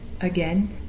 again